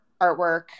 artwork